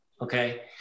okay